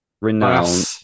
renowned